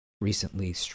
recently